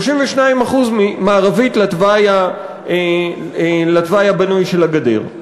32% מערבית לתוואי הבנוי של הגדר.